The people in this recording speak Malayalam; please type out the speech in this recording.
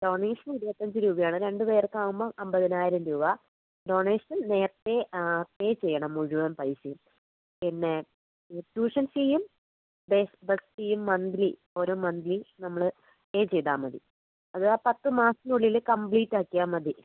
ഡോണേഷൻ ഇരുപത്തഞ്ച് രൂപയാണ് രണ്ടുപേർക്ക് ആകുമ്പോൾ അമ്പതിനായിരം രൂപ ഡോണേഷൻ നേരത്തേ പേ ചെയ്യണം മുഴുവൻ പൈസയും പിന്നെ ട്യൂഷൻ ഫീയും ബേസ് ബസ്സ് ഫീയും മന്ത്ലി ഓരോ മന്ത്ലി നമ്മൾ പേ ചെയ്താൽമതി അത് ആ പത്ത് മാസത്തിനുള്ളിൽ കമ്പ്ലീറ്റ് ആക്കിയാൽ മതി